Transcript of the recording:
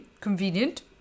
convenient